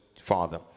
father